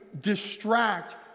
distract